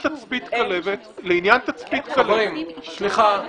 --- חברים, סליחה.